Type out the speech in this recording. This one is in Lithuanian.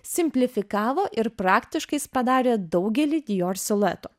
simplifikavo ir praktiškai jis padarė daugelį dior siluetų